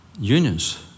Unions